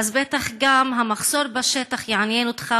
אז בטח גם המחסור בשטח יעניין אותך,